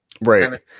right